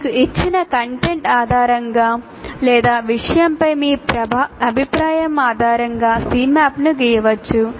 మీకు ఇచ్చిన కంటెంట్ ఆధారంగా లేదా విషయంపై మీ అభిప్రాయం ఆధారంగా Cmap ను గీయవచ్చు